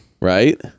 right